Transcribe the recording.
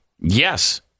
Yes